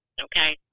Okay